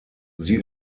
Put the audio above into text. sie